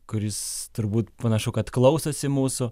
kuris turbūt panašu kad klausosi mūsų